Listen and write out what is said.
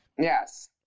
Yes